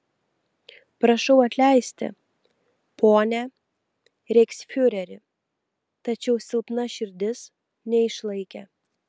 prašau atleisti pone reichsfiureri tačiau silpna širdis neišlaikė